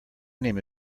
name